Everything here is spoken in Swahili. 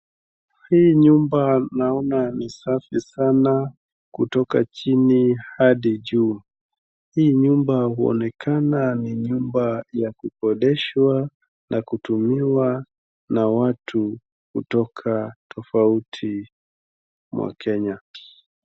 Hii nyumba naona ni safi sana kutoka chini hadi juu. Hii nyumba huonekana ni nyumba ya kukodishwa na kutumiwa na watu kutoka tofauti mwa Kenya.